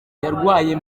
yarwaye